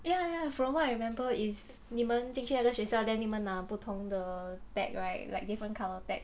ya ya from what I remember is 你们进去那个学校 then 你们拿不同的 tag right like different colour tag